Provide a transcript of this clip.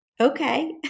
Okay